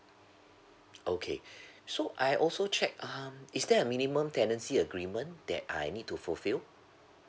okay so I also check um is there a minimum tenancy agreement that I need to fulfill